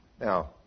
Now